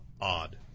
odd